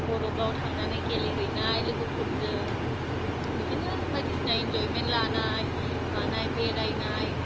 बरफ आव थांनानै गेलेहैनाय लोगोफोरजों बिदिनो बायदिसिना इनजयमेन्त लानाय मानाय बेरायनाय